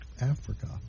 Africa